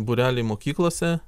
būreliai mokyklose